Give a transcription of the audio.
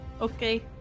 Okay